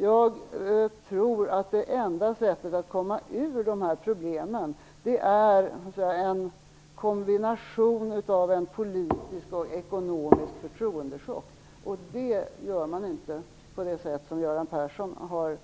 Jag tror att det enda sättet att komma över de här problemen är en kombination av en politisk och en ekonomisk förtroendechock. En sådan åstadkommer man inte på det sättet som Göran Persson har